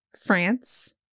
France